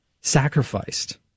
sacrificed